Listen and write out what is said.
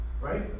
right